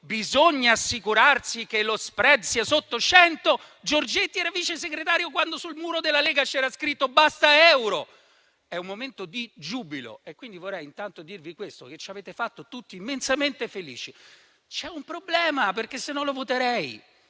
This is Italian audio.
bisogna assicurarsi che lo *spread* sia sotto 100; Giorgetti era vicesegretario quando sul muro della Lega c'era scritto: basta euro. È un momento di giubilo, quindi intanto vorrei dirvi che ci avete fatto tutti immensamente felici. C'è un problema, altrimenti lo voterei: